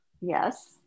Yes